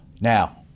Now